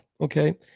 Okay